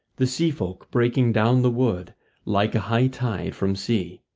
the sea-folk breaking down the wood like a high tide from sea.